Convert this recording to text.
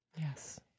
Yes